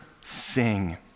sing